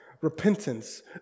repentance